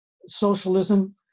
socialism